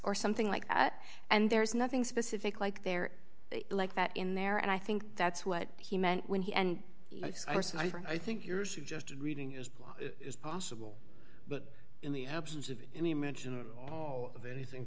or something like that and there's nothing specific like there it like that in there and i think that's what he meant when he and i think your suggested reading is possible but in the absence of any mention of anything